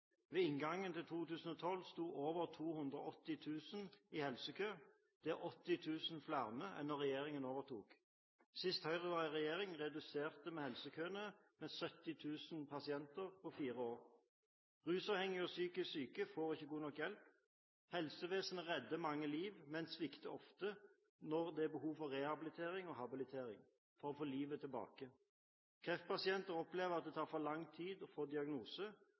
Ved inngangen til 2012 sto over 280 000 personer i helsekø. Det er 80 000 flere enn da regjeringen overtok. Sist Høyre var i regjering reduserte vi helsekøene med 70 000 pasienter på fire år. Rusavhengige og psykisk syke får ikke god nok hjelp. Helsevesenet redder mange liv, men svikter ofte når det er behov for rehabilitering og habilitering for å få livet tilbake. Kreftpasienter opplever at det tar for lang tid å få diagnose